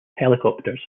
helicopters